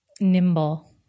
nimble